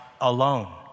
alone